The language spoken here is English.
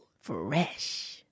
Fresh